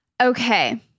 Okay